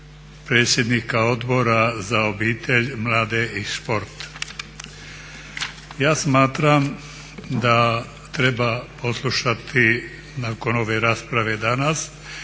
predsjednika Odbora za obitelj, mlade i sport. Ja smatram da treba poslušati nakon ove rasprave danas,